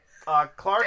Clark